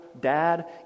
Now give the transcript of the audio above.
dad